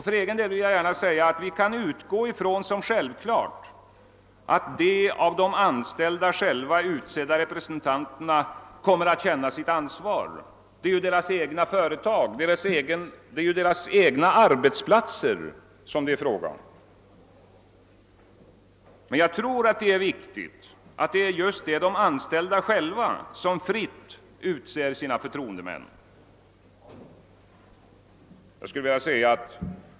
För egen del vill jag gärna säga att vi kan utgå från som självklart att de av de anställda själva utsedda representanterna kommer att känna sitt ansvar — det är deras egna arbetsplatser det är fråga om. Men jag tror det är viktigt att det är just de anställda själva som fritt utser sina förtroendemän.